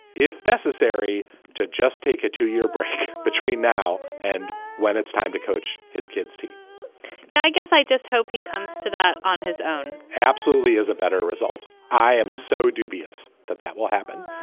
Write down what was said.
if necessary to just take a two year break between now and when it's time to coach his kids team yeah, i guess i just hope he comes to that on his own absolutely. as a better result. i am so dubious that that will happen,